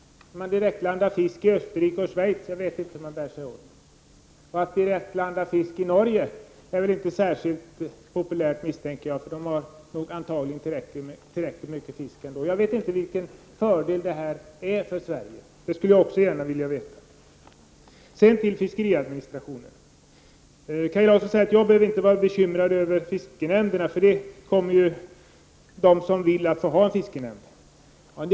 Jag vet inte hur man bär sig åt för att direktlanda fisk i Österrike och Schweiz. Det är nog inte särskilt populärt att direktlanda fisk i Norge. Där har man nog tillräckligt med fisk ändå. Jag vet inte vilken fördel detta innebär för Sverige. Det skulle jag gärna vilja veta. Vidare har vi fiskeriadministrationen. Kaj Larsson säger att jag inte behöver bekymra mig över fiskenämnderna. De länsstyrelser som vill kan ju ha fiskenämnder.